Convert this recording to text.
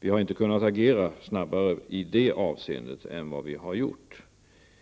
Vi har inte kunnat agera snabbare i det avseendet än vad vi har gjort.